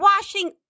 washing